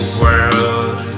world